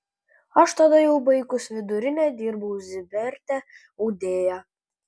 aš tada jau baigus vidurinę dirbau ziberte audėja